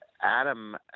Adam